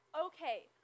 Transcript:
Okay